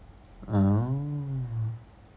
oh